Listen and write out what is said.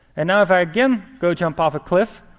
and now, if i again go jump off a cliff,